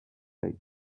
late